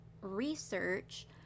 research